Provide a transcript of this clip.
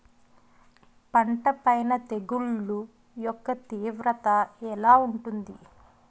పంట పైన తెగుళ్లు యెక్క తీవ్రత ఎలా ఉంటుంది